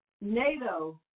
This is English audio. NATO